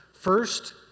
First